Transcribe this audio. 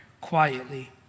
quietly